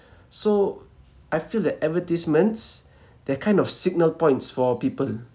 so I feel that advertisements they're kind of signal points for people